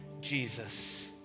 Jesus